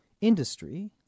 industry